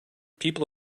people